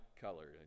color